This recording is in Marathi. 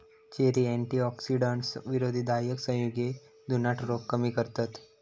चेरी अँटीऑक्सिडंट्स, विरोधी दाहक संयुगे, जुनाट रोग कमी करतत